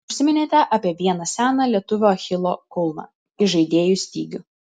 užsiminėte apie vieną seną lietuvių achilo kulną įžaidėjų stygių